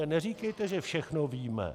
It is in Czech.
Neříkejte, že všechno víme!